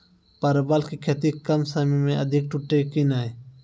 परवल की खेती कम समय मे अधिक टूटते की ने?